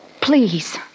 Please